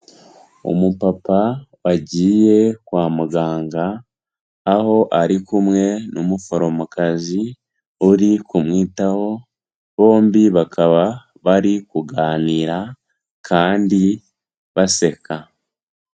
Umupapa wagiye kwa muganga aho ari kumwe n'umuforomokazi uri kumwitaho, bombi bakaba bari kuganira kandi baseka.